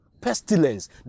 pestilence